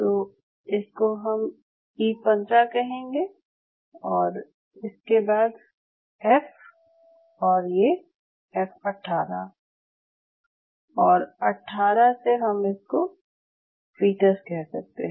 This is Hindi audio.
तो इसको हम ई 15 कहेंगे और इसके बाद एफ और ये एफ 18 और 18 से हम इसको फ़ीटस कह सकते हैं